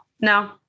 No